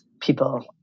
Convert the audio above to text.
people